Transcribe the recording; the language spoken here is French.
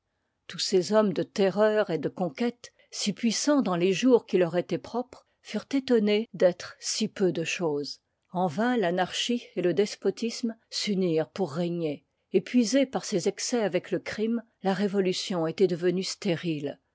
tous ces hommes de terreur et de conquêtes si puissans dans les jours qui leur étoient propres furent étonnés d'être si peu de chose en vain tanarchie et le liv i despotisme s'unirent pour régner épuisée par ses excès avec le crime la révolution étoit devenue stérile